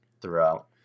throughout